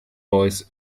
voice